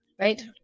right